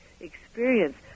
experience